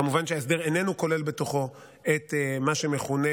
כמובן שההסדר איננו כולל בתוכו את מה שמכונה